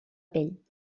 pell